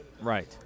Right